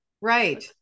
right